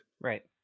right